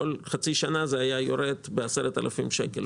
כל חצי שנה זה היה יורד ב-10,000 שקל,